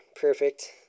Perfect